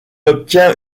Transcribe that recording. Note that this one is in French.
obtient